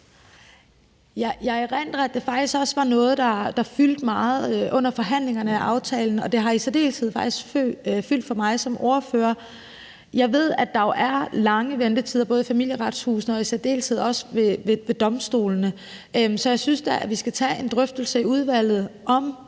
Jeg erindrer, at det faktisk også var noget, der fyldte meget under forhandlingerne og aftalen, og det har i særdeleshed fyldt meget for mig som ordfører. Jeg ved, at der jo er lange ventetider, både Familieretshuset og i særdeleshed også ved domstolene. Så jeg synes da, at vi skal tage en drøftelse i udvalget og